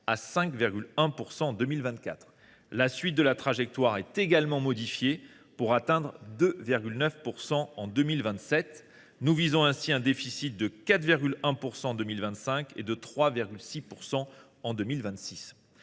à 5,1 % en 2024. La suite de la trajectoire est également modifiée pour atteindre 2,9 % en 2027 : nous visons un déficit de 4,1 % en 2025, et de 3,6 % en 2026.